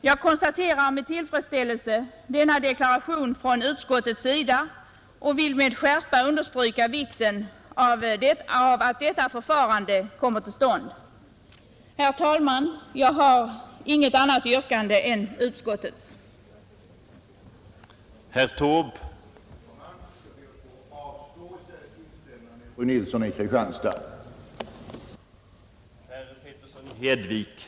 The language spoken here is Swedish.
Jag konstaterar med tillfredsställelse denna deklaration från utskottet och vill med skärpa understryka vikten av att detta förfarande kommer till stånd. Herr talman! Jag har inget annat yrkande än om bifall till utskottets hemställan.